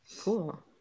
Cool